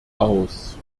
aus